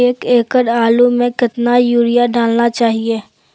एक एकड़ आलु में कितना युरिया डालना चाहिए?